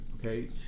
okay